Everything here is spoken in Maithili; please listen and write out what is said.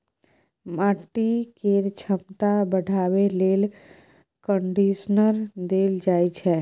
माटि केर छमता बढ़ाबे लेल कंडीशनर देल जाइ छै